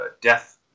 death